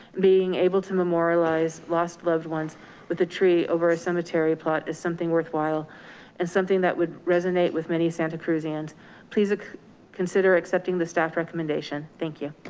being able to memorialize lost loved ones with the tree over a cemetery plot is something worthwhile and something that would resonate with many santa cruz and please consider accepting the staff recommendation. thank you.